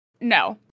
no